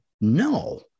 No